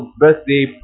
birthday